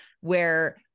where-